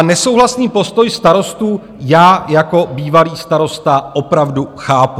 Nesouhlasný postoj starostů já jako bývalý starosta opravdu chápu.